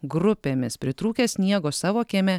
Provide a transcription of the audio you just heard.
grupėmis pritrūkę sniego savo kieme